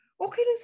okay